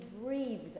breathed